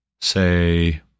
say